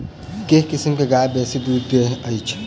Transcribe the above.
केँ किसिम केँ गाय बेसी दुध दइ अछि?